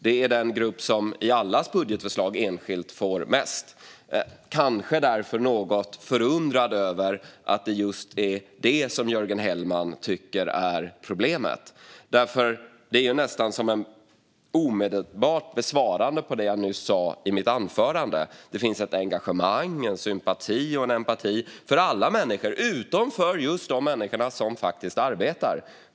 Det är den grupp som i allas budgetförslag enskilt får mest. Jag är därför kanske något förundrad över att det just är det som Jörgen Hellman tycker är problemet. Det är ju som att omedelbart besvara det jag sa i mitt anförande: Det finns ett engagemang, en sympati och en empati för alla människor utom för just de människor som faktiskt arbetar.